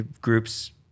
Groups